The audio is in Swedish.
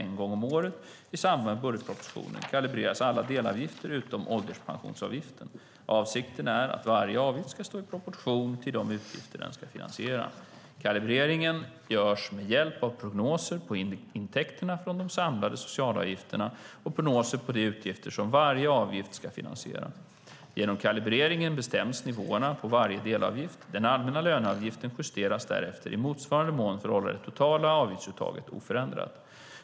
En gång om året, i samband med budgetprocessen, kalibreras alla delavgifter utom ålderspensionsavgiften. Avsikten är att varje avgift ska stå i proportion till de utgifter den ska finansiera. Kalibreringen görs med hjälp av prognoser på intäkterna från de samlade socialavgifterna och prognoser på de utgifter som varje avgift ska finansiera. Genom kalibreringen bestäms nivåerna på varje delavgift. Den allmänna löneavgiften justeras därefter i motsvarande mån för att hålla det totala avgiftsuttaget oförändrat.